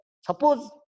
suppose